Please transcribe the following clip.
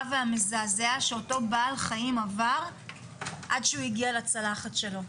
והמזעזע שאותו בעל חיים עבר עד שהוא הגיע לצלחת שלו.